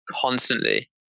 constantly